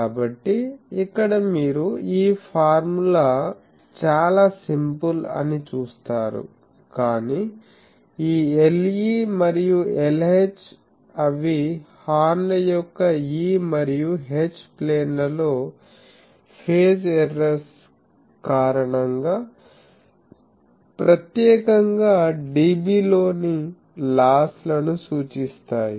కాబట్టి ఇక్కడ మీరు ఈ ఫార్ములా చాలా సింపుల్ అని చూస్తారు కాని ఈ Le మరియు Lh అవి హార్న్ ల యొక్క E మరియు H ప్లేన్లలో ఫేజ్ ఎర్రర్స్ కారణంగా ప్రత్యేకంగా dB లోని లాస్ లను సూచిస్తాయి